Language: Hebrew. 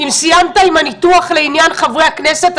אם סיימת עם הניתוח לעניין חברי הכנסת,